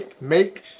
make